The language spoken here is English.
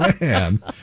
Man